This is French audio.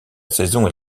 saison